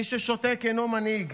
מי ששותק אינו מנהיג.